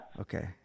Okay